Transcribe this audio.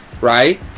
right